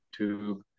YouTube